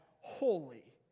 holy